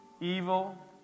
Evil